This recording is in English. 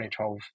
2012